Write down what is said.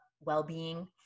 well-being